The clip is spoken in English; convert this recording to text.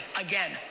Again